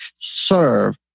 serve